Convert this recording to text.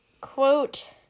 quote